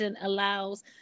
allows